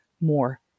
more